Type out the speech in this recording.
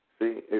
See